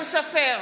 סופר,